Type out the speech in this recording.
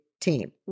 Team